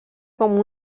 com